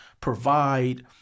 provide